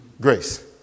Grace